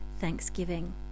thanksgiving